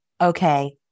Okay